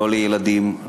לא לילדים,